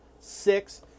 six